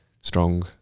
strong